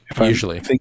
usually